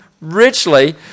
richly